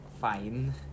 Fine